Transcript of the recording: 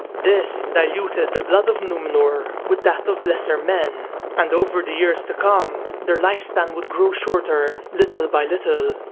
this diluted the blood of numenor with that of lesser men, and over the years to come, their lifespan would grow shorter, little by little.